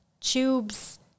tubes